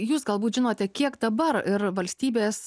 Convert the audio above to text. jūs galbūt žinote kiek dabar ir valstybės